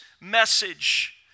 message